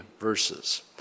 verses